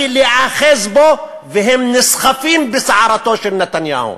להיאחז בו, והם נסחפים בסערתו של נתניהו,